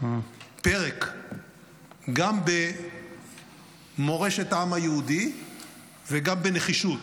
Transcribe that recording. פרק גם במורשת העם היהודי וגם בנחישות.